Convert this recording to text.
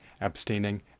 abstaining